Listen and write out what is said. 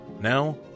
Now